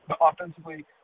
Offensively